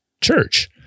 church